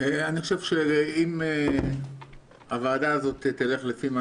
אני חושב שאם הוועדה הזאת תלך לפי מה